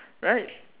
right